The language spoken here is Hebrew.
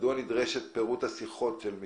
מדוע נדרש פירוט השיחות של מישהו?